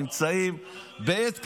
נמצאים בעת קשה.